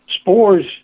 spores